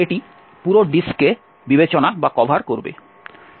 সুতরাং এটি পুরো ডিস্ককে বিবেচনা করবে